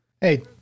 Hey